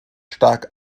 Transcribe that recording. stark